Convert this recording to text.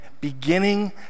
beginning